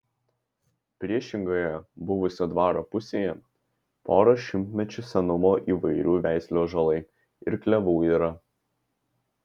priešingoje buvusio dvaro pusėje poros šimtmečių senumo įvairių veislių ąžuolai ir klevų yra